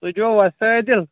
تُہۍ چھِوا وۄستہٕ عٲدِل